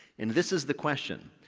and this is the question.